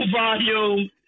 volume